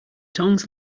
tongs